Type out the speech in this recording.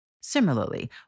Similarly